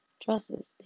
dresses